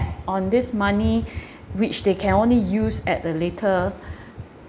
on this money which they can only use at the later